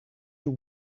you